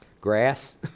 Grass